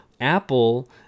Apple